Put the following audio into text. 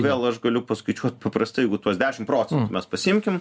vėl aš galiu paskaičiuot paprastai jeigu tuos dešimt procentų mes pasiimkim